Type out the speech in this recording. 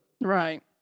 Right